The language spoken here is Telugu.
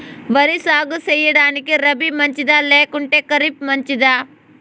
వరి సాగు సేయడానికి రబి మంచిదా లేకుంటే ఖరీఫ్ మంచిదా